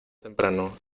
temprano